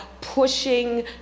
pushing